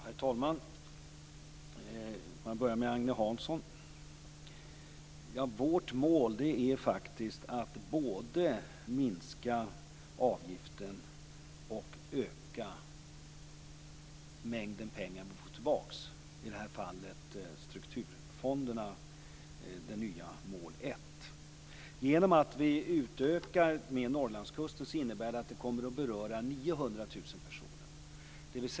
Herr talman! Jag börjar med Agne Hansson. Vårt mål är faktiskt att både minska avgiften och öka mängden pengar vi får tillbaks, i detta fall från strukturfonderna för det nya mål 1. Genom att vi utökar med Norrlandskusten kommer det att beröra 900 000 personer.